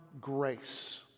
grace